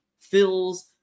fills